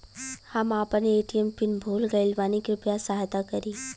हम आपन ATM PIN भूल गईल बानी कृपया सहायता करी